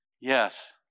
Yes